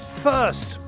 first,